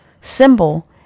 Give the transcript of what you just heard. symbol